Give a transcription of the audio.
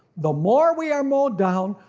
the more we are mowed down,